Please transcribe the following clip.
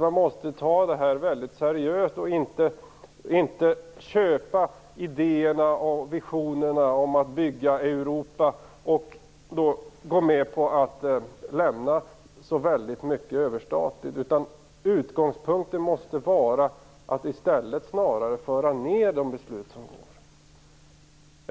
Man måste ta frågan väldigt seriöst och inte köpa idéerna och visionerna om att bygga Europa, och inte låta så väldigt mycket beslutas överstatligt. Utgångspunkten måste i stället vara att föra ned de beslut som går att